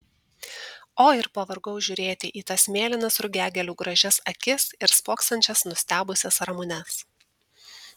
o ir pavargau žiūrėti į tas mėlynas rugiagėlių gražias akis ir spoksančias nustebusias ramunes